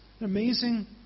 Amazing